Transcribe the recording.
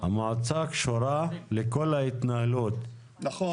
המועצה קשורה לכל ההתנהלות -- נכון.